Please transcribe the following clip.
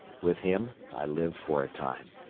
with him i lived for a time.